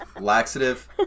Laxative